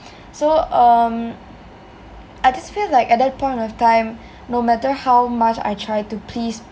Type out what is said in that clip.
so um I just feel like at that point of time no matter how much I try to please